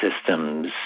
Systems